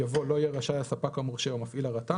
יבוא "לא יהיה רשאי הספק המורשה או מפעיל הרט"ן",